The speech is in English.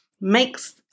makes